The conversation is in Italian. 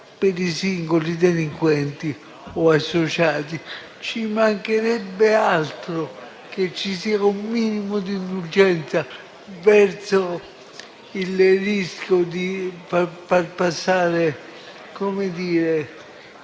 per i singoli delinquenti o associati. Ci mancherebbe altro che ci fosse un minimo d'indulgenza col rischio di far passare inosservate